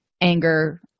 anger